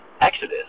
Exodus